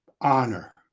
honor